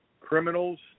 criminals